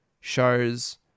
shows